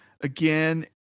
again